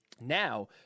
now